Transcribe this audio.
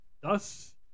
thus